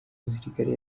musirikare